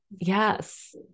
Yes